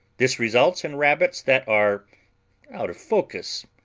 this results in rabbits that are out of focus,